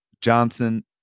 Johnson